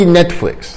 Netflix